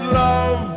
love